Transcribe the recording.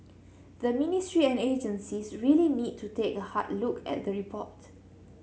the ministry and agencies really need to take a hard look at the report